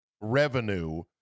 revenue